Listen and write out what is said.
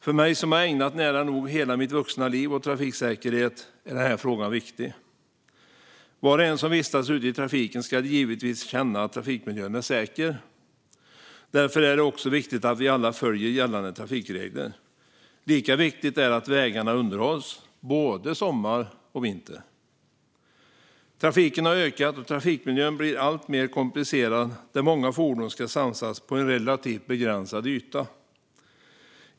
För mig som har ägnat nära nog hela mitt vuxna liv åt trafiksäkerhet är den här frågan viktig! Var och en som vistas ute i trafiken ska givetvis känna att trafikmiljön är säker. Därför är det också viktigt att vi alla följer gällande trafikregler. Lika viktigt är det att vägarna underhålls, både sommar och vinter. Trafiken har ökat, och trafikmiljön blir alltmer komplicerad där många fordon ska samsas på en relativt begränsad yta.